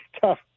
tough